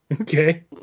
Okay